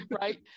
right